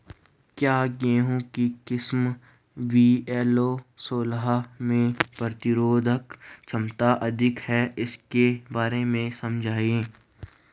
क्या गेहूँ की किस्म वी.एल सोलह में प्रतिरोधक क्षमता अधिक है इसके बारे में समझाइये?